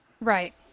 Right